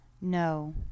No